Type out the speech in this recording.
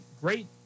great